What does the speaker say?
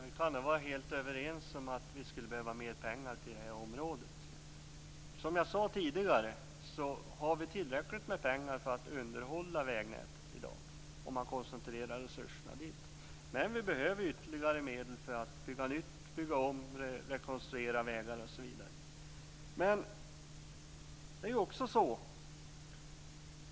Fru talman! Vi är helt överens om att det behövs mer pengar till detta område. Som jag tidigare sade finns det tillräckligt med pengar för att man skall kunna underhålla vägnätet i dag, om man koncentrerar resurserna dit. Men det behövs ytterligare medel för att bygga nya, bygga om och rekonstruera vägar.